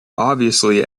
obviously